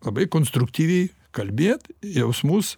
labai konstruktyviai kalbėt jausmus